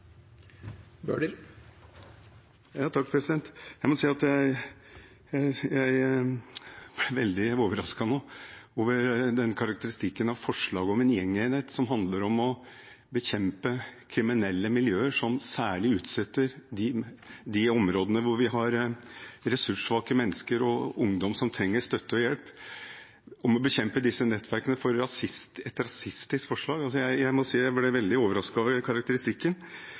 Jeg må si at jeg er veldig overrasket over karakteristikken av forslaget om en gjengenhet som handler om å bekjempe kriminelle miljøer som særlig utsetter de områdene hvor vi har ressurssvake mennesker og ungdom som trenger støtte og hjelp, om å bekjempe disse nettverkene – at det kalles et rasistisk forslag. Jeg må si jeg ble veldig overrasket over karakteristikken.